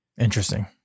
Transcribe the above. Interesting